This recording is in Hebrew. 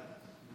דרדרו